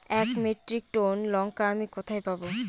এক metric tonne লঙ্কা আমি কোথায় পাবো?